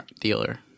Dealer